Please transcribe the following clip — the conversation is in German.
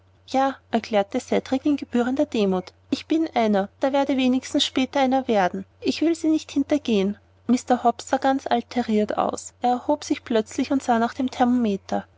erklärte cedrik in gebührender demut ich bin einer oder werde wenigstens später einer werden ich will sie nicht hintergehen mr hobbs sah ganz alteriert aus er erhob sich plötzlich und sah nach dem thermometer